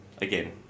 again